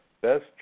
best